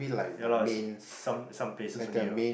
ya lah some some places only ah